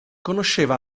conosceva